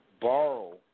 borrow